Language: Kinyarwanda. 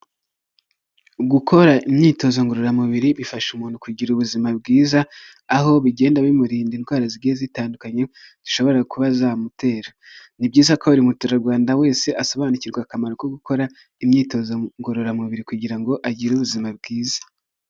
Gukora imyitozo ngororamubiri, bifasha umuntu kugira ubuzima bwiza, aho bigenda bimurinda indwara zigiye zitandukanye, zishobora kuba zamutera. Ni byiza ko buri muturarwanda wese asobanukirwa akamaro ko gukora imyitozo ngororamubiri, kugira ngo agire ubuzima bwiza.